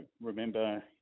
remember